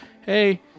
hey